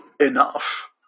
enough